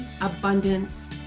abundance